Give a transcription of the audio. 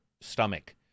stomach